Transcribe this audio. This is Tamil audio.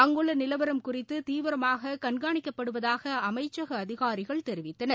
அங்குள்ள நிலவரம் குறித்து தீவிரமாக கண்காணிக்கப்படுவதாக அமைச்சக அதிகாரிகள் தெரிவித்தனர்